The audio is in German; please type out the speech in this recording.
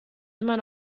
immer